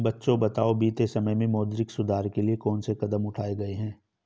बच्चों बताओ बीते समय में मौद्रिक सुधार के लिए कौन से कदम उठाऐ गए है?